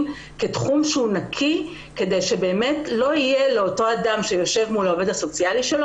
כתחום שהוא נקי כדי שלא יהיה לאותו אדם שיושב מול העובד הסוציאלי שלו,